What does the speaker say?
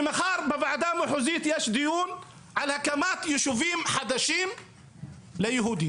ומחר בוועדה המחוזית יש דיון על הקמת יישובים חדשים ליהודים.